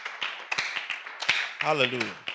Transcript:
Hallelujah